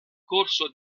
corso